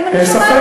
נתקן.